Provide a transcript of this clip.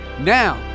Now